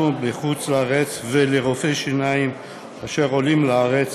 בחוץ-לארץ ולרופאי שיניים אשר עולים לארץ